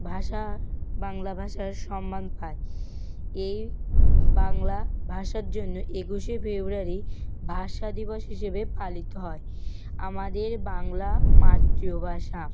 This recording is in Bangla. ভাষা বাংলা ভাষার সম্মান পায় এই বাংলা ভাষার জন্য একুশে ফেব্রুয়ারি ভাষা দিবস হিসেবে পালিত হয় আমাদের বাংলা মাতৃভাষা